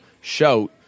shout